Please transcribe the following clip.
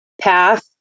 path